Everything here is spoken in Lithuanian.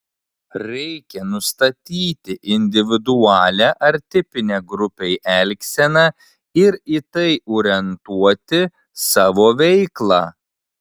reikia nustatyti individualią ar tipinę grupei elgseną ir į tai orientuoti savo veiklą